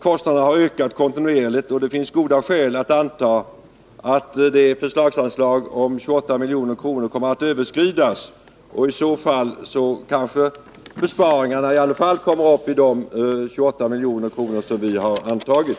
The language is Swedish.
Kostnaderna har ökat kontinuerligt, och det finns goda skäl att anta att förslagsanslaget på 28 milj.kr. kommer att överskridas. I så fall kommer besparingen kanske ändå upp i de 28 milj.kr. som vi har angivit.